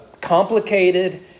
complicated